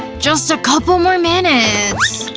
just a couple more minutes.